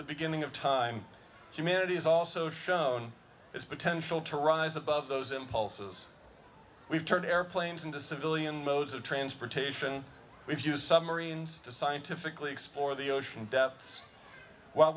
the beginning of time humanity has also shown its potential to rise above those impulses we've turned airplanes into civilian modes of transportation if you submarines to scientifically explore the ocean depths w